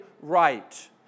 right